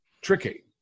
tricky